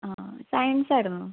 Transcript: ആ ആ സയൻസായിരുന്നോ